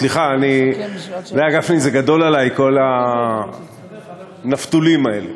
סליחה, גפני, זה גדול עלי, כל הנפתולים האלה.